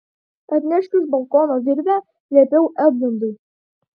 atnešk iš balkono virvę liepiau edmundui